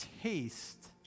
taste